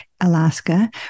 Alaska